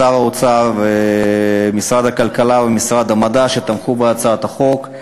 לשר האוצר ולמשרד הכלכלה ומשרד המדע שתמכו בהצעת החוק,